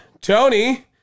Tony